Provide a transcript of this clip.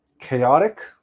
chaotic